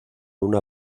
una